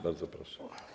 Bardzo proszę.